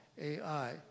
Ai